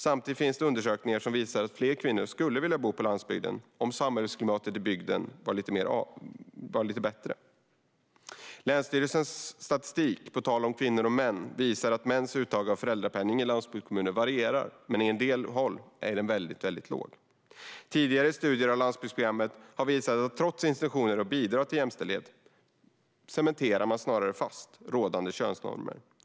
Samtidigt finns det undersökningar som visar att fler kvinnor skulle vilja bo på landsbygden om samhällsklimatet i bygden var lite bättre. Länsstyrelsernas statistik På tal om kvinnor och män visar att mäns uttag av föräldrapenning i landsbygdskommuner varierar och att den på en del håll är väldigt låg. Tidigare studier av landsbygdsprogrammet har visat att trots intentioner att bidra till jämställdhet cementerar man snarare fast rådande könsnormer.